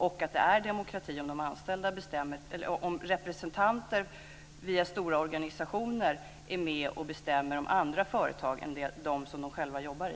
Det är inte demokrati om representanter via stora organisationer är med och bestämmer om andra företag än dem som de själva jobbar i.